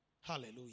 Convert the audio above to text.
Hallelujah